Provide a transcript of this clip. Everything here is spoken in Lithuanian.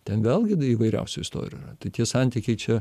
ten vėlgi įvairiausių istorijų yra tai tie santykiai čia